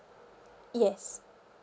yes